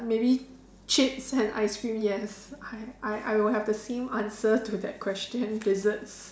maybe chips and ice cream yes I I would have the same answer to that question desserts